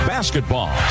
Basketball